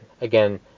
Again